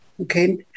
Okay